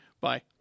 Bye